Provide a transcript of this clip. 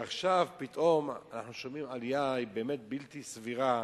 עכשיו פתאום אנחנו שומעים על עלייה בלתי סבירה